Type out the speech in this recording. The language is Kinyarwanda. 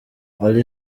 ally